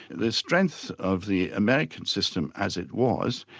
the strength of the american system as it was,